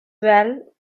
well